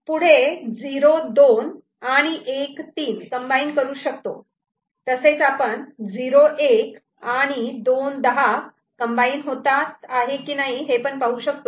पुढे 0 2 आणि 1 3 कम्बाईन करू शकतो तसेच आपण 0 1 आणि 2 10 कम्बाईन होतात आहे की नाही हे पण पाहू शकतो